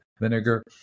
vinegar